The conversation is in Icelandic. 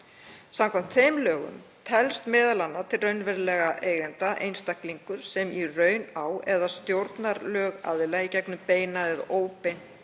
Samkvæmt þeim lögum telst m.a. til raunverulegra eigenda einstaklingur sem í raun á eða stjórnar lögaðila í gegnum beina eða óbeina